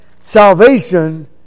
salvation